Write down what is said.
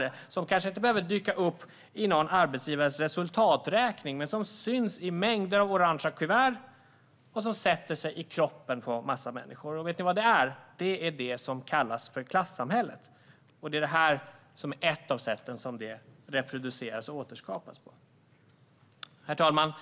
Det är kostnader som kanske inte behöver dyka upp i någon arbetsgivares resultaträkning men som syns i mängder av orange kuvert och som sätter sig i kroppen på en massa människor. Vet ni vad det är? Det är det som kallas klassamhället. Detta är ett av sätten som det reproduceras och återskapas på. Herr talman!